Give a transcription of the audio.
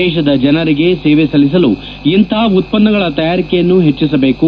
ದೇಶದ ಜನರಿಗೆ ಸೇವೆ ಸಲ್ಲಿಸಲು ಇಂತಹ ಉತ್ತನ್ನಗಳ ತಯಾರಿಕೆಯನ್ನು ಹೆಚ್ಚಿಸಬೇಕು